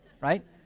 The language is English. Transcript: right